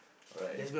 right